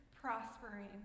prospering